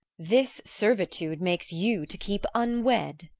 this servitude makes you to keep unwed.